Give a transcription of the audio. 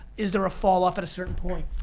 is there a fall off at a certain point?